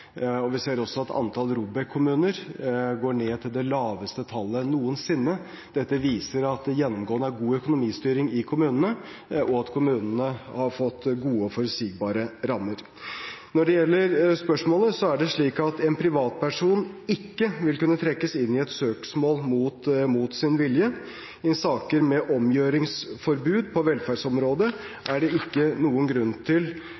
Vi ser også at antall ROBEK-kommuner har gått ned til det laveste antallet noensinne. Dette viser at det gjennomgående er god økonomistyring i kommunene, og at kommunene har fått gode og forutsigbare rammer. Når det gjelder spørsmålet, er det slik at en privatperson ikke vil kunne trekkes inn i et søksmål mot sin vilje. I saker med omgjøringsforbud på